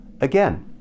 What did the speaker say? again